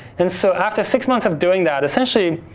and so, after six months of doing that, essentially,